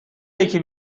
یکی